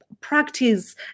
practice